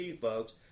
folks